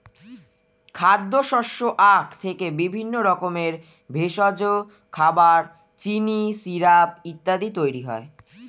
খাদ্যশস্য আখ থেকে বিভিন্ন রকমের ভেষজ, খাবার, চিনি, সিরাপ ইত্যাদি তৈরি হয়